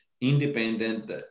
independent